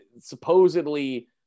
supposedly